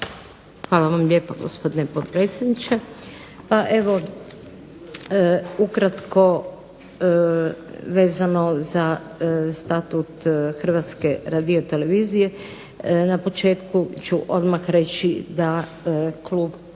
Hvala vam lijepa gospodine potpredsjedniče. Pa evo, ukratko vezano za Statut Hrvatske radiotelevizije, na početku ću odmah reći da Klub